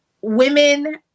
women